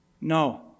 No